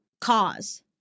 cause